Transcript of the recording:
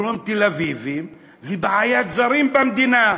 דרום תל-אביבים ובעיית זרים במדינה,